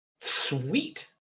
Sweet